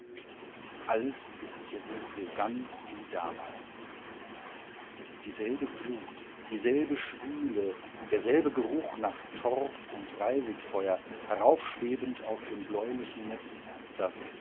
alles ist jetzt so ganz wie damals dieselbe glut dieselbe schwüle derselbe geruch nach torf und reisigfeuer heraufschwebend aus dem bläulichen netz das